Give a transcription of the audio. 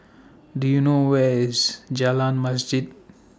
Do YOU know Where IS Jalan Masjid